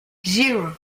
zero